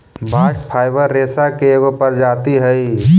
bast fibre रेसा के एगो प्रजाति हई